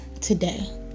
today